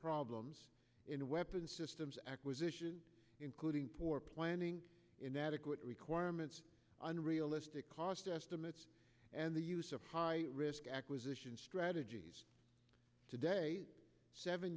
problems in a weapon systems acquisition including poor planning inadequate requirements unrealistic cost estimates and the use of high risk acquisition strategies today seven